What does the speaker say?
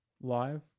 live